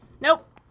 nope